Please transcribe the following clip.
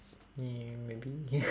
ya maybe